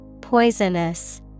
Poisonous